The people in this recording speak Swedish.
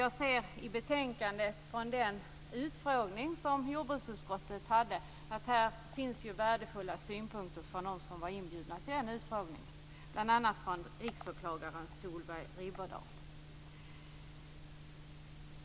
Jag ser i betänkandet från den utfrågning som jordbruksutskottet hade att här finns värdefulla synpunkter från dem som var inbjudna, bl.a. från riksåklagaren Solveig Riberdahl.